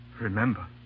Remember